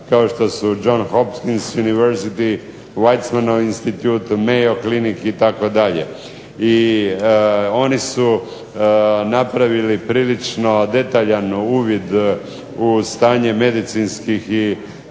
kao što su John Hopkins University, Weizzmannov institut, Mayo clinic itd. I oni su napravili prilično detaljan uvid u stanje medicinskih i